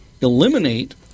eliminate